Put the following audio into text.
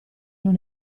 non